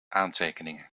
aantekeningen